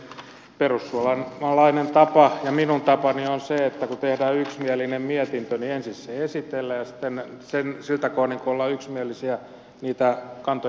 perussuomalainen tapa ja minun tapani on se että kun tehdään yksimielinen mietintö niin ensin se esitellään ja sitten siltä kohdin kuin ollaan yksimielisiä niitä kantoja puolustetaan